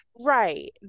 Right